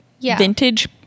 vintage